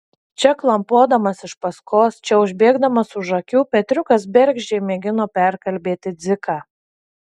čia klampodamas iš paskos čia užbėgdamas už akių petriukas bergždžiai mėgino perkalbėti dziką